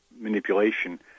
manipulation